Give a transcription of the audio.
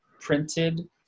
printed